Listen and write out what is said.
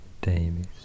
Davis